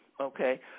okay